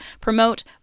promote